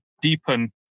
deepen